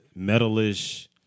metalish